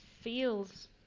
feels